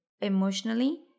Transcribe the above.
emotionally